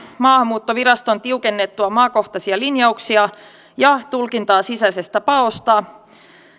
maahanmuuttoviraston tiukennettua maakohtaisia linjauksia ja tulkintaa sisäisestä paosta